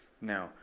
Now